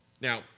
Now